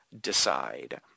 decide